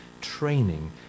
training